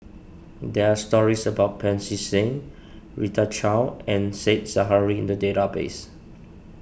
there are stories about Pancy Seng Rita Chao and Said Zahari in the database